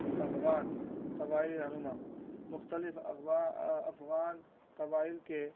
افغان قبائلی رہنما مختلف اقبا افغان قبائل کے